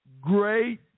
great